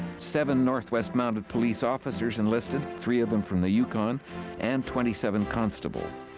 seven north-west mounted police officers enlisted three of them from the yukon and twenty seven constables.